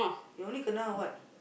he only kena what